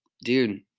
dude